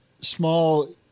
small